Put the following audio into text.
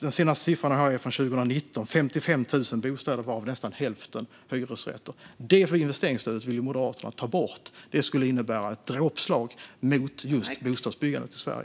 Den senaste siffran, från 2019, är 55 000 bostäder varav nästan hälften hyresrätter. Det investeringsstödet vill Moderaterna ta bort. Det skulle innebära ett dråpslag mot bostadsbyggandet i Sverige.